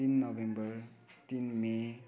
तिन नोभेम्बर तिन मे